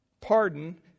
Pardon